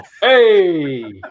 Hey